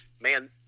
man